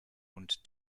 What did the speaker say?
und